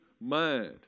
mind